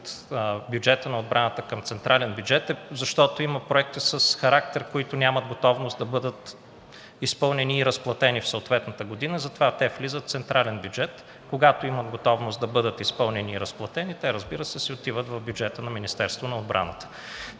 бюджета на отбраната към централния бюджет, защото има проекти с характер, за които няма готовност да бъдат изпълнени и разплатени в съответната година, и затова те влизат в централния бюджет. Когато има готовност да бъдат изпълнени и разплатени, разбира се, те отиват в бюджета на Министерството на отбраната,